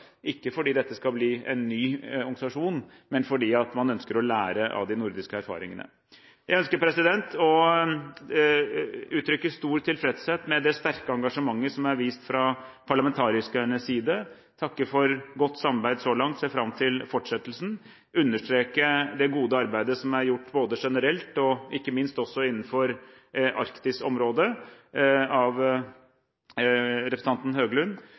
ikke fordi dette skal bli en ny organisasjon, men fordi man ønsker å lære av de nordiske erfaringene. Jeg ønsker å uttrykke stor tilfredshet med det sterke engasjementet som er vist fra parlamentarikernes side. Jeg vil takke for godt samarbeid så langt, og jeg ser fram til fortsettelsen. Jeg vil understreke det gode arbeidet som er gjort både generelt og ikke minst innenfor arktisk område av representanten